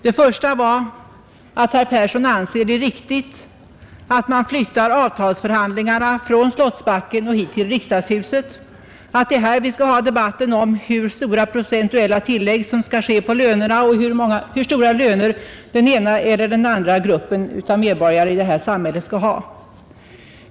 Det första var att herr Persson anser det riktigt att man flyttar avtalsförhandlingarna från Slottsbacken och hit till riksdagshuset — att det är här vi skall ha debatten om hur stora procentuella tillägg som skall ges på lönerna och hur stora löner den ena eller den andra gruppen av medborgare i detta samhälle skall ha.